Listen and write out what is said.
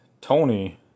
Tony